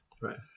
right